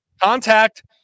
contact